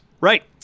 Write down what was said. Right